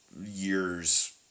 years